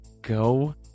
Go